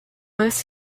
most